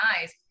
eyes